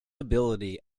ability